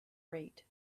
rate